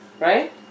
right